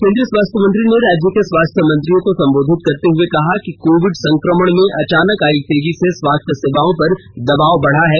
केंद्रीय स्वास्थ्य मंत्री ने राज्य के स्वास्थ्य मंत्रियों को संबोधित करते हुए कहा कि कोविड संक्रमण में अचानक आयी तेजी से स्वास्थ्य सेवाओं पर दबाव बढ़ा है